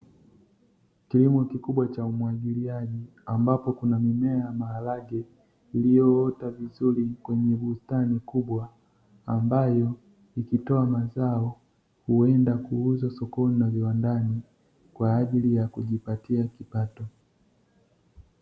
Kilimo kikubwa cha umwagiliaji ambapo kuna mimea ya maharage iliyoota vizuri kwenye bustani kubwa, ambayo ikitoa mazao huenda kuuza sokoni na viwandani kwa ajili ya kujipatia kipato.